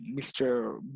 Mr